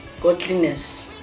godliness